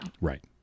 Right